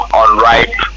unripe